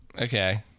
Okay